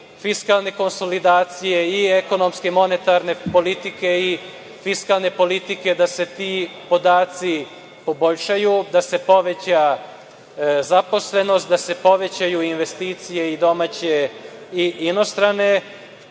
fiskalne konsolidacije i ekonomske u monetarne, i fiskalne politike da se ti podaci poboljšaju, da se poveća zaposlenost, da se povećaju investicije i domaće i inostrane,